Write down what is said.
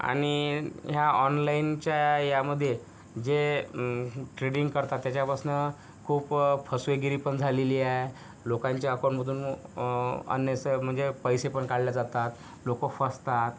आणि ह्या ऑनलाईनच्या यामध्ये जे ट्रेडिंग करतात त्याच्यापासनं खूप फसवेगिरीपण झालेली आहे लोकांच्या अकाउंटमधून अननेसे म्हणजे पैसे पण काढल्या जातात लोक फसतात